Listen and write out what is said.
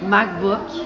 MacBook